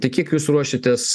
tai kiek jūs ruošiatės